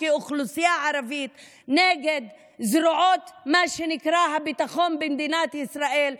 כאוכלוסייה הערבית נגד זרועות מה שנקרא הביטחון במדינת ישראל,